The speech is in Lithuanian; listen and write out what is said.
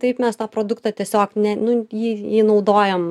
taip mes tą produktą tiesiog ne nu jį jį naudojam ne